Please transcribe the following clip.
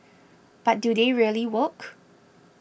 but do they really work